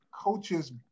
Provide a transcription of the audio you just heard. coaches